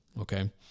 okay